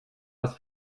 was